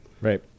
right